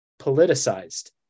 politicized